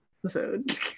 episode